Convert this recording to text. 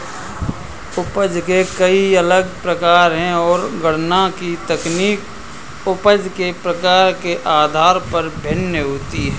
उपज के कई अलग प्रकार है, और गणना की तकनीक उपज के प्रकार के आधार पर भिन्न होती है